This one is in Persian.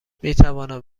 میتوانم